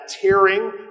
tearing